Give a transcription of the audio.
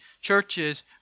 churches